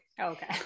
Okay